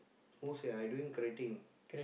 who say I doing crating